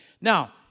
Now